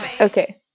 Okay